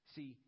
See